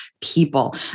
people